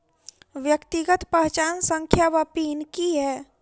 व्यक्तिगत पहचान संख्या वा पिन की है?